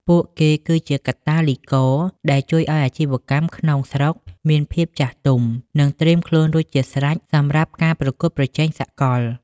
ពួកគេគឺជា "កាតាលីករ" ដែលជួយឱ្យអាជីវកម្មក្នុងស្រុកមានភាពចាស់ទុំ និងត្រៀមខ្លួនរួចជាស្រេចសម្រាប់ការប្រកួតប្រជែងសកល។